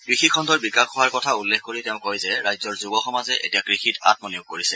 কৃষিখণ্ডৰ বিকাশ হোৱাৰ কথা উল্লেখ কৰি তেওঁ কয় যে ৰাজ্যৰ যুৱ সমাজে এতিয়া কৃষিত আমনিয়োগ কৰিছে